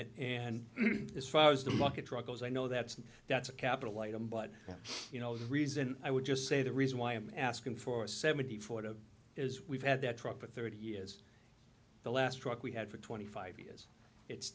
it and as far as the market truck goes i know that's that's a capital item but you know the reason i would just say the reason why i'm asking for a seventy four that is we've had that truck for thirty years the last truck we had for twenty five years it's